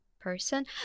person